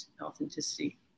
authenticity